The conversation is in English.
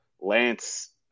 Lance